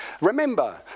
remember